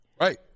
Right